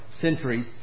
centuries